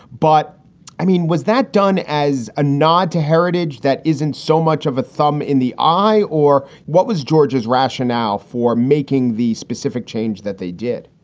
but i mean, was that done as a nod to heritage that isn't so much of a thumb in the eye? or what was georgia's rationale for making the specific change that they did?